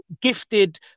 gifted